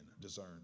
discern